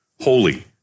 Holy